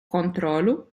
контролю